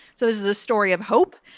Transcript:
so this is a story of hope.